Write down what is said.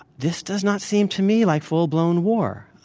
this does not seem to me like full blown war.